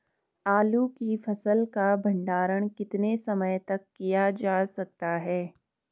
आलू की फसल का भंडारण कितने समय तक किया जा सकता है?